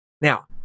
Now